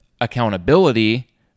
accountability